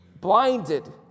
blinded